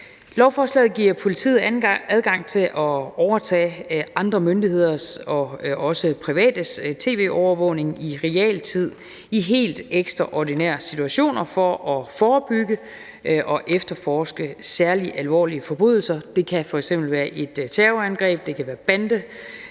Lovforslaget giver politiet adgang til at overtage andre myndigheders og også privates tv-overvågning i realtid i helt ekstraordinære situationer for at forebygge og efterforske særligt alvorlige forbrydelser. Det kan f.eks. være et terrorangreb, det kan være bandeopgør,